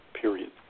period